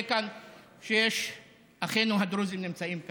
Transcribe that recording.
לא היינו שם, בחלוקת המשאבים של המדינה.